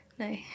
no